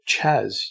Chaz